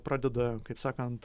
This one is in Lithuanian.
pradeda kaip sakant